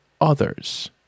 others